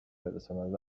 برساند